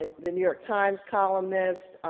and the new york times columnist,